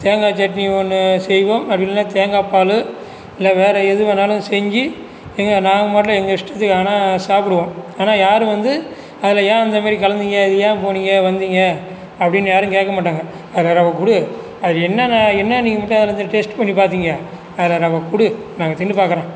தேங்காய் சட்னி ஒன்று செய்வோம் அப்படி இல்லைன்னா தேங்காய் பாலு இல்லை வேற எதுவேணாலும் செஞ்சு இங்கே நாங்கள் பாட்டுல எங்கள் இஷ்டத்துக்கு ஆனால் சாப்பிடுவோம் ஆனால் யாரும் வந்து அதில் ஏன் இந்தமாதிரி கலந்திங்க இது ஏன் போனீங்க வந்தீங்கள் அப்படின்னு யாரும் கேட்கமாட்டாங்க அதில் ரவை கொடு அதில் என்ன அதில் என்ன நீங்கள் மட்டும் டேஸ்ட் பண்ணி பார்த்தீங்க அதில் ரவை குடு நான் திண்ணுபாக்குறேன்